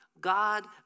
God